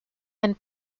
and